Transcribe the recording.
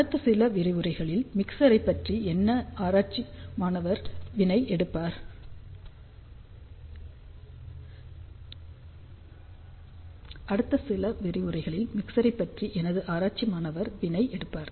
அடுத்த சில விரிவுரைகளில் மிக்ஸர் ஐ பற்றி எனது ஆராய்ச்சி மாணவர் வினய் எடுப்பார்